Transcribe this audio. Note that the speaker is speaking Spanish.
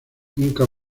nunca